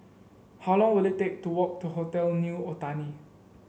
how long will it take to walk to Hotel New Otani